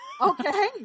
Okay